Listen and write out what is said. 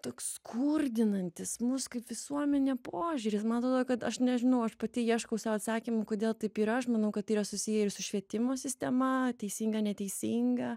toks skurdinantis mus kaip visuomenę požiūris man atodo kad aš nežinau aš pati ieškau sau atsakymų kodėl taip yra aš manau kad yra susiję ir su švietimo sistema teisinga neteisinga